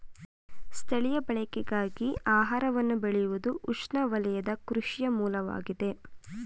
ಸ್ಥಳೀಯ ಬಳಕೆಗಳಿಗಾಗಿ ಆಹಾರವನ್ನು ಬೆಳೆಯುವುದುಉಷ್ಣವಲಯದ ಕೃಷಿಯ ಮೂಲವಾಗಿದೆ